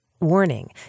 Warning